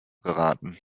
geraten